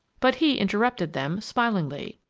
but he interrupted them, smilingly.